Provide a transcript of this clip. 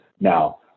Now